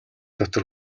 дотор